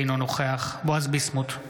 אינו נוכח בועז ביסמוט,